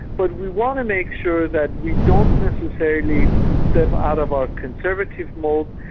but we want to make sure that we don't necessarily step out of our conservative mould.